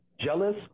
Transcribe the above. jealous